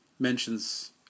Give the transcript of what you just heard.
Mentions